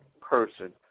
person